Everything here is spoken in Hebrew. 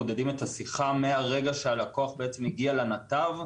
מודדים את השיחה מהרגע שהלקוח הגיע לנתב.